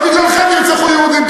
אז בגללכם נרצחו יהודים.